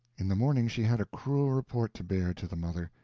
in the morning she had a cruel report to bear to the mother,